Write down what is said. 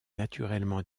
naturellement